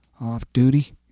off-duty